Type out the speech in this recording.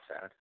sad